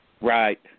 Right